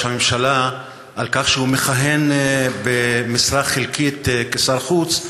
הממשלה על כך שהוא מכהן במשרה חלקית כשר חוץ,